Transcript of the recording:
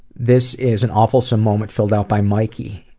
this is an awfulsome moment filled out by mikey,